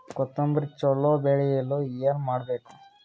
ಕೊತೊಂಬ್ರಿ ಚಲೋ ಬೆಳೆಯಲು ಏನ್ ಮಾಡ್ಬೇಕು?